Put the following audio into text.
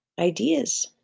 ideas